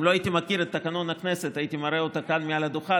אם לא הייתי מכיר את תקנון הכנסת הייתי מראה אותה כאן מעל הדוכן,